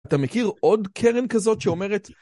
אתה מכיר עוד קרן כזאת שאומרת?